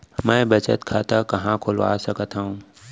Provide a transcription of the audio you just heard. मै बचत खाता कहाँ खोलवा सकत हव?